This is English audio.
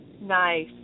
Nice